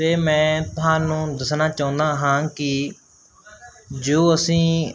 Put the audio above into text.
ਅਤੇ ਮੈਂ ਤੁਹਾਨੂੰ ਦੱਸਣਾ ਚਾਹੁੰਦਾ ਹਾਂ ਕਿ ਜੋ ਅਸੀਂ